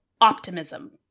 Optimism